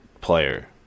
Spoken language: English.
player